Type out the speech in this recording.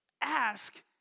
ask